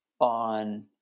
on